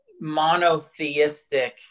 monotheistic